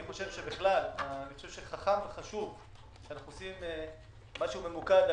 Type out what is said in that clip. אני חושב שחכם וחשוב שאנחנו עושים משהו ממוקדם